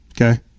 okay